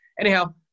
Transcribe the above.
Anyhow